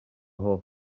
hoff